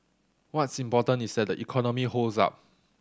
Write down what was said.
what's important is that the economy holds up